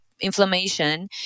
inflammation